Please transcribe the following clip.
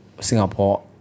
Singapore